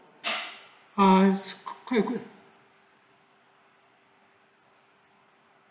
ah quick a quick